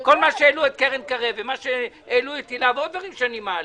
כל מה שהעלו את קרן קרב והיל"ה ועוד דברים שאני מעלה.